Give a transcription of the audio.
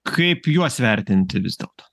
kaip juos vertinti vis dėlto